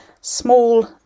small